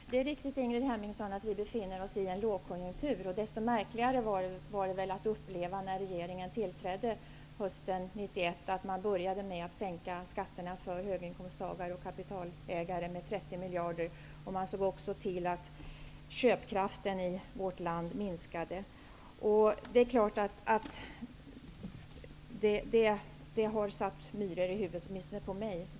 Herr talman! Det är riktigt, Ingrid Hemmingsson, att vi befinner oss i en lågkonjunktur. Desto märkligare var det att uppleva att regeringen, när den tillträdde hösten 1991, började med att sänka skatterna för höginkomsttagare och kapitalägare med 30 miljarder. Man såg också till att köpkraften i vårt land minskade. Det är klart att den typen av åtgärder har satt myror i huvudet åtminstone på mig.